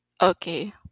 Okay